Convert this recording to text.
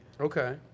Okay